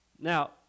Now